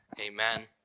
Amen